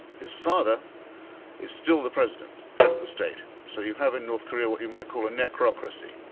his father is still the president, head of the state. so you have in north korea what you might call a necrocracy